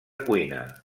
cuina